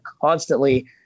constantly